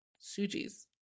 Suji's